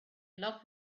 love